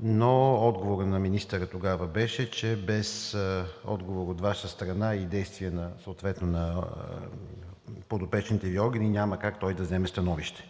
но отговорът на министъра тогава беше, че без отговор от Ваша страна и действия съответно на подопечните Ви органи, няма как той да вземе становище.